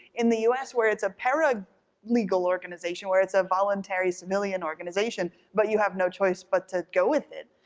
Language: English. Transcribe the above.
in the u s. where it's a paralegal paralegal organization, where it's a voluntary civilian organization but you have no choice but to go with it,